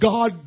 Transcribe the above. God